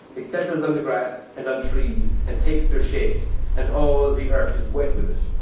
it settles on the grass and on trees and takes their shapes. and all ah the earth is wet with